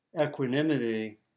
equanimity